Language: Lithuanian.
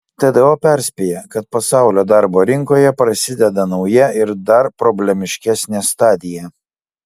tdo perspėja kad pasaulio darbo rinkoje prasideda nauja ir dar problemiškesnė stadija